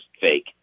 fake